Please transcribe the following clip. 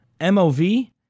MOV